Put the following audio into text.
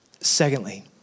Secondly